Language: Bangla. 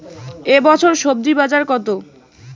এ বছর স্বজি বাজার কত?